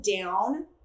down